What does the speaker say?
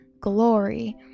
glory